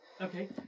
Okay